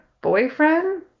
boyfriend